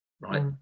right